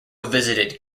visited